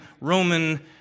Roman